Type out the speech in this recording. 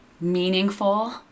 meaningful